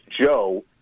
Joe